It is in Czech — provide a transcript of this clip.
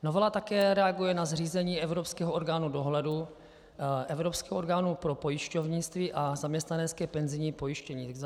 Novela také reaguje na zřízení evropského orgánu dohledu, evropského orgánu pro pojišťovnictví a zaměstnanecké penzijní pojištění, tzv. EIOPA.